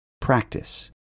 Practice